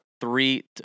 three